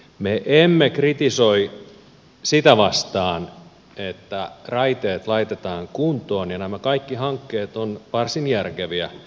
me emme kritisoi sitä vastaan että raiteet laitetaan kuntoon ja nämä hankkeet ovat varsin järkeviä